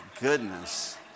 goodness